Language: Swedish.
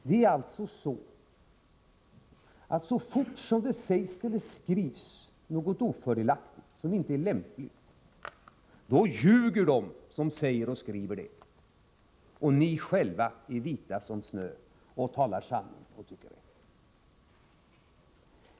Det är alltså så, att så fort som det sägs eller skrivs något ofördelaktigt, som inte är lämpligt, då ljuger de som säger och skriver det, och ni själva är vita som snö, talar sanning och tycker rätt.